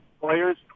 players